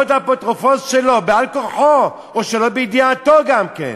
להיות אפוטרופוס שלו בעל-כורחו או שלא בידיעתו גם כן?